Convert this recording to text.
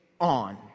on